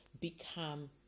become